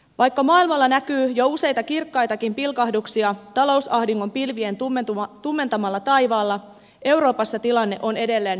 vaikka maailmalla näkyy jo useita kirkkaitakin pilkahduksia talousahdingon pilvien tummentamalla taivaalla euroopassa tilanne on edelleen varsin hankala